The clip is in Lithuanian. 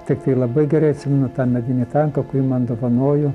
tiktai labai gerai atsimenu tą medinį tanką kurį man dovanojo